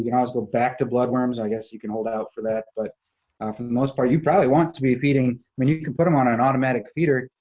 can always go back to blood worms. i guess you can hold out for that, but for the most part, you probably want to be feeding, i mean, you can put em on an automatic feeder.